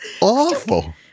awful